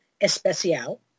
Especial